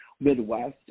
Midwest